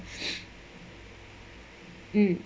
mm